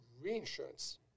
reinsurance